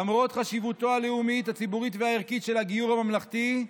למרות חשיבותו הלאומית הציבורית והערכית של הגיור הממלכתי,